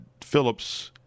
Phillips